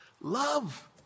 Love